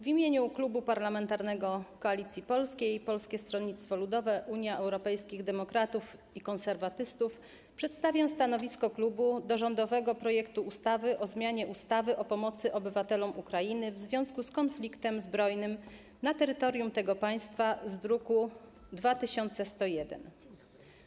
W imieniu Klubu Parlamentarnego Koalicja Polska - Polskie Stronnictwo Ludowe, Unia Europejskich Demokratów, Konserwatyści przedstawiam stanowisko klubu wobec rządowego projektu ustawy o zmianie ustawy o pomocy obywatelom Ukrainy w związku z konfliktem zbrojnym na terytorium tego państwa, druk nr 2101.